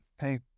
hey